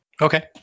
Okay